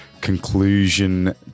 conclusion